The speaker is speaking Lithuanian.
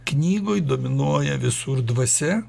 knygoj dominuoja visur dvasia